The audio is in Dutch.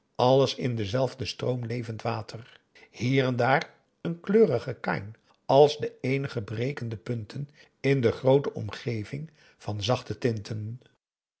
alles in denzelfden stroom levend water hier en daar een kleurige kain als de eenige brekende punten in de groote omgeving van zachte tinten